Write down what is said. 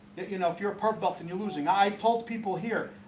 you know if you're a perv gupton you're losing i've told people here.